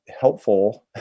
Helpful